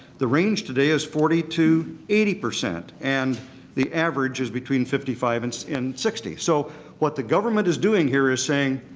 the range today is forty to eighty percent, and the average is between fifty five and and sixty. so what the government is doing here is saying,